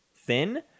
thin